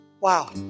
Wow